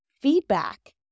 feedback